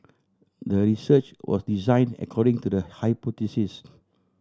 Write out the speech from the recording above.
the research was designed according to the hypothesis